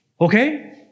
Okay